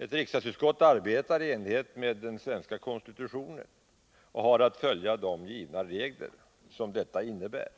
Ett riksdagsutskott arbetar i enlighet med den svenska konstitutionen och har att följa de givna regler som detta innebär.